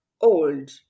old